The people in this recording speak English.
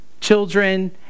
children